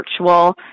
virtual